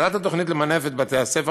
מטרת התוכנית היא למנף את בתי-הספר